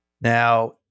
Now